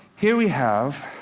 here we have